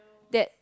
that